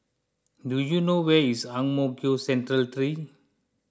do you know where is Ang Mo Kio Central three